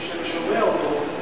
כפי שאני שומע אותו,